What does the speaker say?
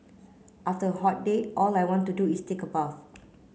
after a hot day all I want to do is take a bath